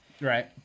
Right